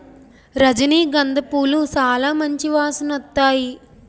రజనీ గంధ పూలు సాలా మంచి వాసనొత్తాయి